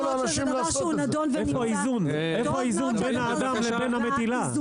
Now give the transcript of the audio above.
איפה האיזון בין האדם לבין המטילה?